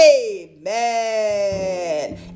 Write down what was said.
amen